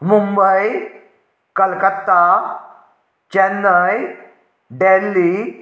Mumbai Calcutta Chennai Delhi